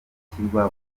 ashyirwa